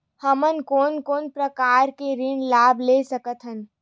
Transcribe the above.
हमन कोन कोन प्रकार के ऋण लाभ ले सकत हन?